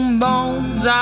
bones